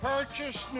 Purchase